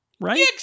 right